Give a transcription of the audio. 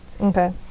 Okay